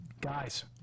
guys